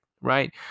right